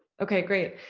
okay, great.